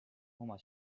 oma